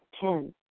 ten